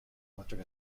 electric